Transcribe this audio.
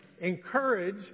encourage